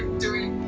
doing